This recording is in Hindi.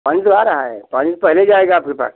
पानी तो आ रहा है पानी तो पहले जाएगा आपके पास